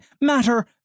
matter